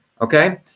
okay